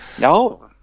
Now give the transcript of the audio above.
No